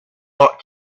bought